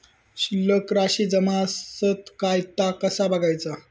शिल्लक राशी जमा आसत काय ता कसा बगायचा?